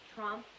Trump